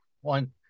one